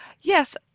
Yes